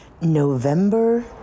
November